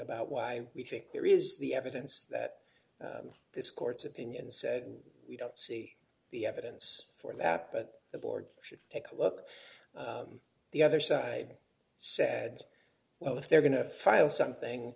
about why we think there is the evidence that this court's opinion said we don't see the evidence for that but the board should take a look the other side said well if they're going to file something